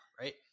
Right